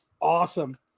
awesome